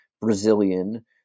Brazilian